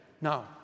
No